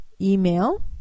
email